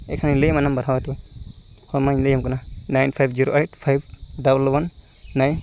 ᱮᱱᱠᱷᱟᱱᱤᱧ ᱞᱟᱹᱭᱟᱢᱟ ᱱᱟᱢᱵᱟᱨ ᱦᱚᱭ ᱛᱚᱵᱮ ᱦᱚ ᱢᱟᱧ ᱞᱟᱹᱭᱟᱢ ᱠᱟᱱᱟ nine five zero eight five double one nine